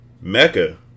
Mecca